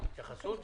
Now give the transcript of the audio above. התייחסות?